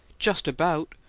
just about!